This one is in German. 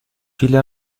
viele